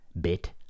bit